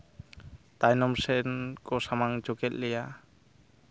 ᱛᱟᱭᱱᱚᱢ ᱥᱮᱱ ᱠᱚ ᱥᱟᱢᱟᱝ ᱦᱚᱪᱚ ᱠᱮᱫ ᱞᱮᱭᱟ